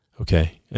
Okay